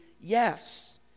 yes